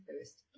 first